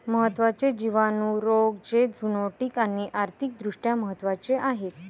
महत्त्वाचे जिवाणू रोग जे झुनोटिक आणि आर्थिक दृष्ट्या महत्वाचे आहेत